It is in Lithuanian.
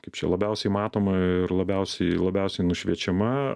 kaip čia labiausiai matoma ir labiausiai labiausiai nušviečiama